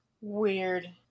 Weird